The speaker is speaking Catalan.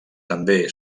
també